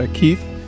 Keith